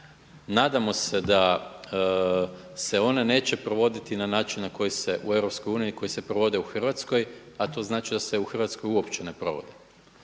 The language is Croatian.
nadamo se da se one neće provoditi na način na koji se u EU koji se provode u Hrvatskoj, a to znači da se u Hrvatskoj uopće ne provode.